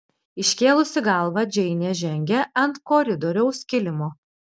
iškėlusi galvą džeinė žengė ant koridoriaus kilimo